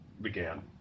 began